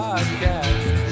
Podcast